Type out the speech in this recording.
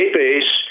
base